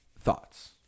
thoughts